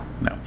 No